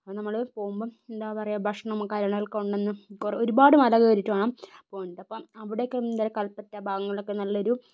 അപ്പോൾ നമ്മള് പോവുമ്പം എന്താ പറയുക ഭക്ഷണം കാര്യങ്ങളൊക്കെ ഒരുപാട് മലകൾ കയറിയിട്ട് പോവേണ്ട അപ്പം അവിടൊക്കെ കൽപ്പറ്റ ഭാഗങ്ങളിൽ ഒക്കെ നല്ലൊരു